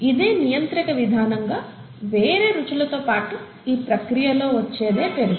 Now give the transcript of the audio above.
ఇదే నియంత్రిక విధానం గా వేరే రుచులతో పాటు ఈ ప్రక్రియలో వచ్చేదే పెరుగు